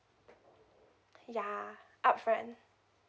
yeah upfront